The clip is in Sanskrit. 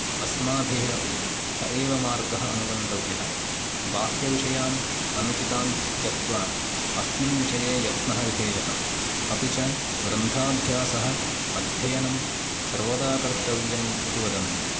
अस्माभिः अपि स एव मार्गः अनुगन्तव्यः बाह्यविषयान् अनुचितान् त्यक्त्वा अस्मिन् विषये यत्नः विधेयः अपि च ग्रन्थाभ्यासः अध्ययनं सर्वदा कर्तव्यम् इति वदन्ति